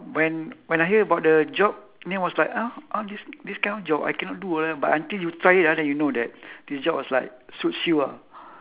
when when I hear about the job then I was like oh oh this this kind of job I cannot do ah but until you try it ah then you know that this job was like suits you ah